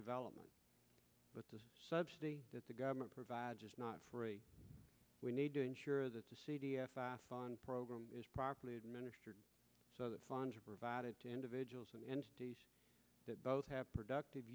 development but the subsidy that the government provides is not free we need to ensure that the c d f pfaff on program is properly administered so that funds are provided to individuals and that both have productive